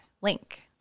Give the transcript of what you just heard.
link